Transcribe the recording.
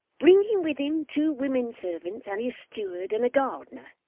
bringing with him two women servants, and his steward, and a gardener.